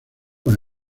con